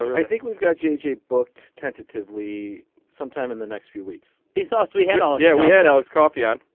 i think we've got gigi booked tentatively sometime in the next few weeks be sauce we had all yeah we had alex coffey on.